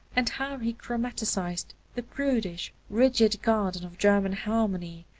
and how he chromaticized the prudish, rigid garden of german harmony,